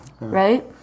Right